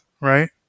right